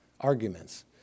arguments